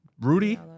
Rudy